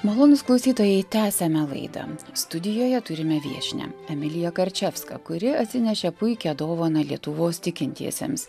malonūs klausytojai tęsiame laidą studijoje turime viešnią emilija karčevską kuri atsinešė puikią dovaną lietuvos tikintiesiems